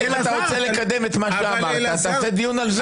אבל אם אתה רוצה לקדם את מה שאמרת תעשה דיון על זה.